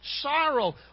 sorrow